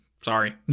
Sorry